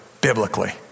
biblically